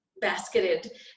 basketed